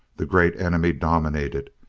the great enemy dominated,